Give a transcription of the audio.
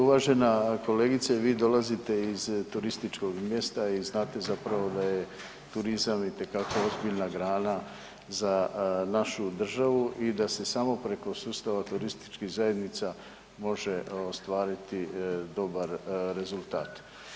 Uvažena kolegice vi dolazite iz turističkog mjesta i znate zapravo da je turizam itekako ozbiljna grana za našu državu i da se samo preko sustava turističkih zajednica može ostvariti dobar rezultat.